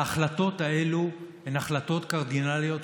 ההחלטות האלו הן החלטות קרדינליות,